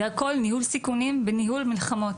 זה הכול ניהול סיכונים וניהול מלחמות,